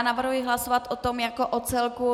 Navrhuji hlasovat o tom jako o celku.